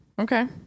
okay